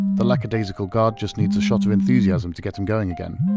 the lackadaisical guard just needs a shot of enthusiasm to get him going again.